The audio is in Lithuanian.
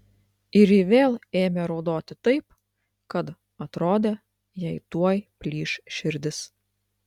ir ji vėl ėmė raudoti taip kad atrodė jai tuoj plyš širdis